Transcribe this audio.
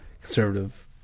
conservative